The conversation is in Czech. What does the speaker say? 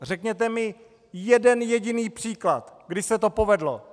Řekněte mi jeden jediný příklad, kdy se to povedlo!